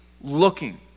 looking